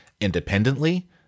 independently